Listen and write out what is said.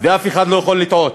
ואף אחד לא יכול לטעות.